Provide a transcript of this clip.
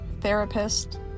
therapist